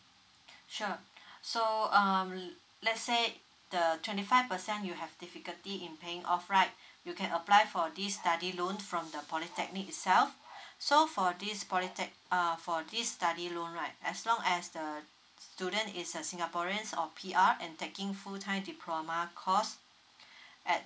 sure so um let's say the twenty five percent you have difficulty in paying off right you can apply for this study loan from the polytechnic itself so for these polytechnic err for this study loan right as long as the student is a singaporean or P_R and taking full time diploma course at